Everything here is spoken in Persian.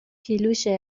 کیلوشه